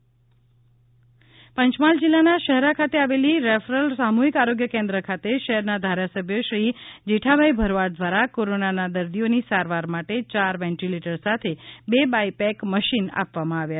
પંચમહાલ જેઠાભાઇ ભરવાડ પંચમહાલ જિલ્લાના શહેરા ખાતે આવેલી રેફરલ સામુહિક આરોગ્ય કેન્દ્ર ખાતે શહેરાના ધારાસભ્ય શ્રી જેઠાભાઇ ભરવાડ દ્વારા કોરોનાના દર્દીઓની સારવાર માટે ચાર વેન્ટિલેટર સાથે બે બાઇપેક મશીન આપવામાં આવ્યા